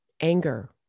anger